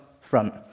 front